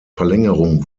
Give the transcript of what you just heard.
verlängerung